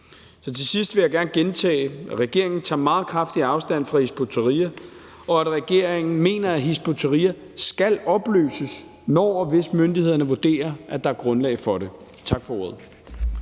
Til sidst vil jeg gerne gentage, at regeringen tager meget kraftigt afstand fra Hizb ut-Tahrir, og at regeringen mener, at Hizb ut-Tahrir skal opløses, når og hvis myndighederne vurderer, at der er grundlag for det. Tak for ordet.